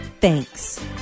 Thanks